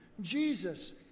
Jesus